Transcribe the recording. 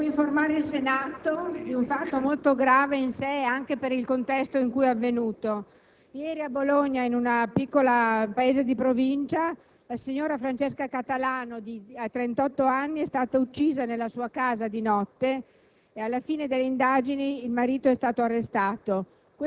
volevo informare il Senato di un fatto molto grave in sé e anche per il contesto in cui è avvenuto. Ieri notte, in un piccolo paese della provincia di Bologna, la signora Francesca Catalano, di 38 anni, è stata uccisa nella sua casa e